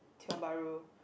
Tiong Bahru